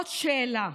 עוד שאלה,